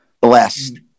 blessed